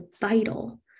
vital